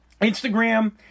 Instagram